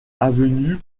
avenue